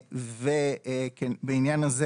בעניין הזה